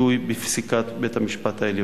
ביטוי בפסיקת בית-המשפט העליון.